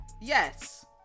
yes